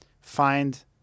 find